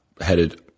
headed